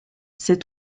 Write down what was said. ces